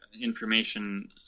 information